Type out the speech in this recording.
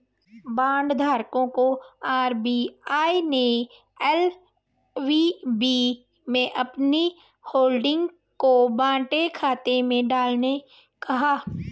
bond धारकों को RBI ने एल.वी.बी में अपनी होल्डिंग को बट्टे खाते में डालने कहा